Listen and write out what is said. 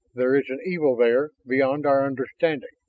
there is an evil there beyond our understanding.